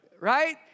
Right